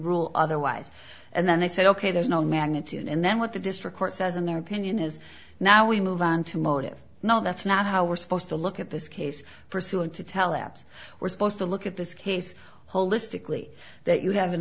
rule otherwise and then they said ok there's no magnitude and then what the district court says in their opinion is now we move on to motive no that's not how we're supposed to look at this case pursuant to tell apps we're supposed to look at this case holistically that you have an